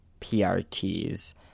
PRTs